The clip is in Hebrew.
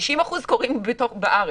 90% קוראים בארץ.